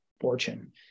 fortune